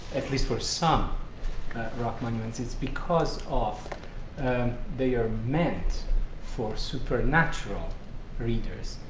at least for some rock monuments, it's because of and they are meant for supernatural readers.